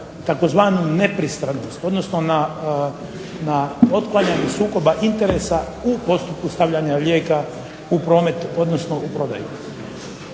na tzv. Nepristranost, odnosno na otklanjanje sukoba interesa u postupku stavljanja lijeka u promet odnosno u prodaju.